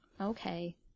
Okay